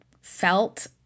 felt